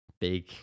Big